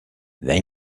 they